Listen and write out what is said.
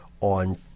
on